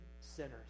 sinners